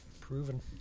proven